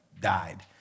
died